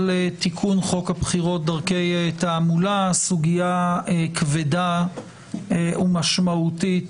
תיקון חוק הבחירות (דרכי תעמולה) סוגיה כבדה ומשמעותית